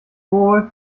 wohl